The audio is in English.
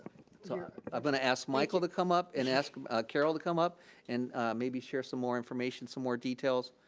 so i'm gonna ask michael to come up and ask carol to come up and maybe share some more information, some more details.